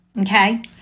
okay